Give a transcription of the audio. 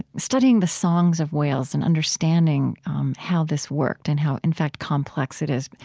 studying the songs of whales and understanding how this worked and how, in fact, complex it is.